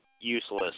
useless